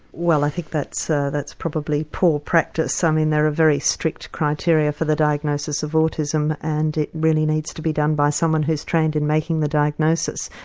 well i think that's ah that's probably poor practice, i mean there are very strict criteria for the diagnosis of autism and it really needs to be done by someone who's trained in making the diagnosis.